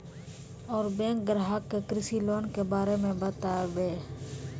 और बैंक ग्राहक के कृषि लोन के बारे मे बातेबे?